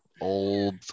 old